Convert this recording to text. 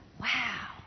Wow